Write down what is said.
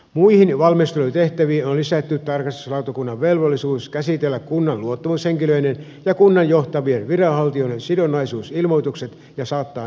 muihin valmistelutehtäviin on lisätty tarkastuslautakunnan velvollisuus käsitellä kunnan luottamushenkilöiden ja kunnan johtavien viranhaltijoiden sidonnaisuusilmoitukset ja saattaa ne valtuustolle tiedoksi